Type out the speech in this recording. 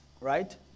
Right